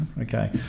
Okay